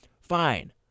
fine